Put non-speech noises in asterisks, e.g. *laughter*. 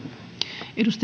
arvoisa *unintelligible*